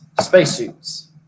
spacesuits